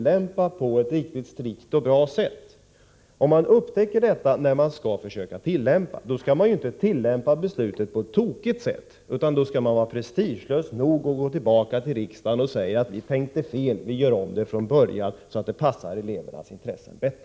ut, som på SHovember 1984 Hjelm-Wallén antyder, inte går att tillämpa på ett riktigt strikt och bra sätt, då ven man inte Epa besluter på ett tokigt sätt utan vara prestigelös nog Om reglerna för inatt gå tillbaka till riksdagen och säga att man tänkte fel, att beslutet bör göras a Zz nte Så 4 tagning i gymnasieom från början så att det passar elevernas intressen bättre.